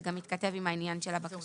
זה גם מתכתב עם העניין של הבקשה.